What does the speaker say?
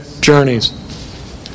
journeys